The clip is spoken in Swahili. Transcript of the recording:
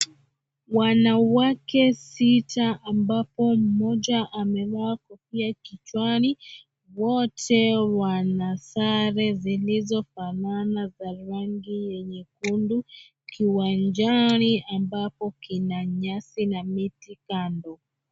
Wanawake sita ambapo mmoja ameng'oa kofia kichwani, wote wana sare zilizofanana za rangi ya nyekundu kiwanjani ambapo kina nyasi na miti kando.